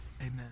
Amen